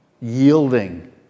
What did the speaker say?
yielding